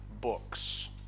books